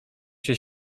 się